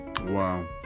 wow